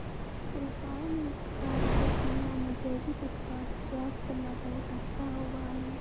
रसायन युक्त खाद्य के तुलना में जैविक उत्पाद स्वास्थ्य ला बहुत अच्छा होबा हई